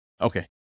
Okay